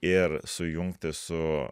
ir sujungti su